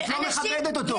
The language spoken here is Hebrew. את לא מכבדת אותו.